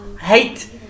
hate